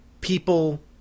people